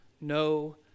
no